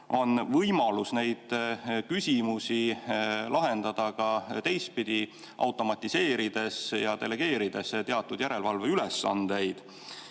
on võimalus neid küsimusi lahendada ka teistpidi: automatiseerides ja delegeerides teatud järelevalveülesandeid.